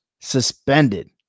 suspended